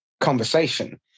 conversation